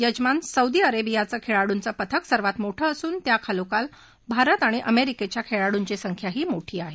यजमान सौदी अरबीयाचं खेळाडूंचं पथक सर्वांत मोठं असून त्याखालोखाल भारत आणि अमेरिकेच्या खेळाडूंची संख्याही मोठी आहे